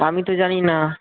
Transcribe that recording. আমি তো জানি না